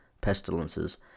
pestilences